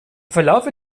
verlaufe